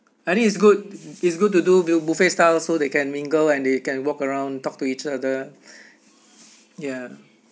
I think it's good it's good to do buffet style so they can mingle and they can walk around talk to each other ya